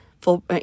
full